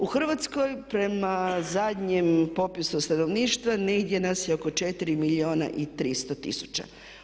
U Hrvatskoj prema zadnjem popisu stanovništva negdje nas je oko 4 milijuna i 300 tisuća.